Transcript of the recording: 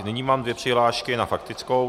Nyní mám dvě přihlášky na faktickou.